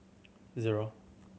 zero